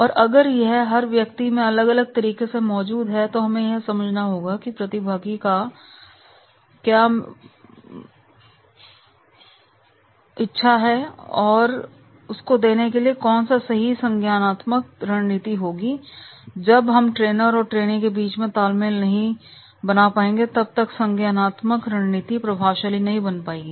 और अगर यह हर व्यक्ति में अलग अलग तरीके से मौजूद हैं तो हमें यह समझना होगा कि प्रतिभागी को सानू होती देने के लिए कौन सा सही संज्ञानात्मक रणनीति होगी क्योंकि जब तक ट्रेनर और ट्रेनी के बीच सही तालमेल नहीं होगा तब तक संज्ञानात्मक रणनीति प्रभावशाली नहीं बन पाएगी